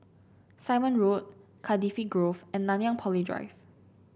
Simon Road Cardifi Grove and Nanyang Poly Drive